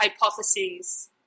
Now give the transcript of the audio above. hypotheses